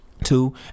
Two